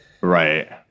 Right